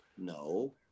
No